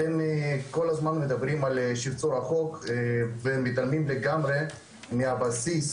אתם כל הזמן מדברים על שיפצור החוק ומתעלמים לגמרי מהבסיס,